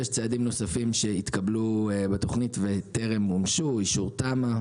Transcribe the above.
יש צעדים נוספים שהתקבלו בתכנית וטרם מומשו: אישור תמ"א,